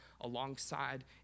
alongside